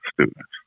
students